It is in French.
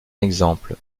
exemple